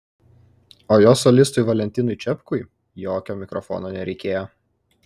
o jo solistui valentinui čepkui jokio mikrofono nereikėjo